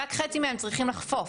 רק חצי מהם צריכים לחפוף.